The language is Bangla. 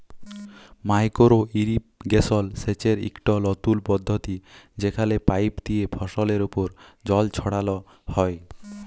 মাইকোরো ইরিগেশল সেচের ইকট লতুল পদ্ধতি যেখালে পাইপ লিয়ে ফসলের উপর জল ছড়াল হ্যয়